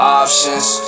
options